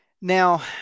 Now